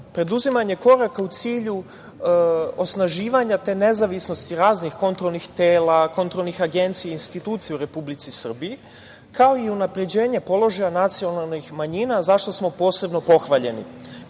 preduzimanje koraka u cilju osnaživanja te nezavisnosti raznih kontrolnih tela, kontrolnih agencija i institucija u Republici Srbiji, kao i unapređenje položaja nacionalnih manjina, zašta što smo posebno pohvaljeni. Bitan